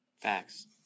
Facts